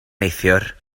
neithiwr